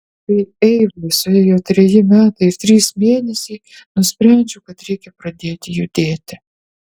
kai eivai suėjo treji metai ir trys mėnesiai nusprendžiau kad reikia pradėti judėti